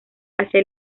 hacia